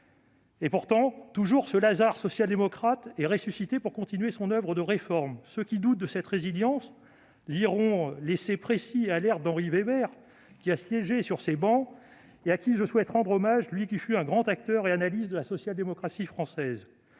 y a un siècle ! Ce Lazare social-démocrate est toujours ressuscité pour continuer son oeuvre de réforme. Ceux qui doutent de cette résilience liront l'essai précis et alerte d'Henri Weber, qui a siégé sur ces travées - je souhaite rendre hommage à ce grand acteur et analyste de la social-démocratie française.